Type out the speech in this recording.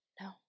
No